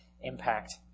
impact